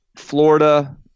Florida